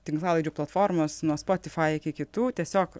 tinklalaidžių platformos nuo spotify iki kitų tiesiog